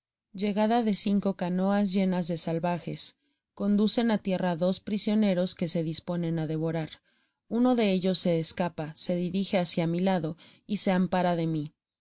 llegada de cinco canoas llenas de salvajes conducen á tierra dos prisioneros que se disponen á devorar uno de ellos se escapa se dirije hácia mi lado y se ampara de mi